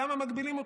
למה מגבילים אותך?